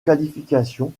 qualification